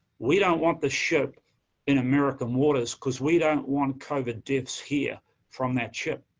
we don't want the ship in american waters because we don't want covid deaths here from that ship.